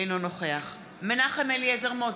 אינו נוכח מנחם אליעזר מוזס,